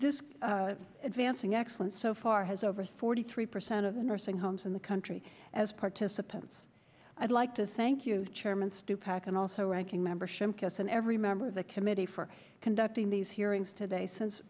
this advancing excellence so far has overseen forty three percent of the nursing homes in the country as participants i'd like to thank you chairman stupak and also ranking member shimkus and every member of the committee for conducting these hearings today since